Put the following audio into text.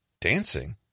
Dancing